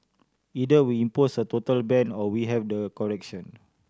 either we impose a total ban or we have the correction